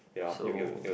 so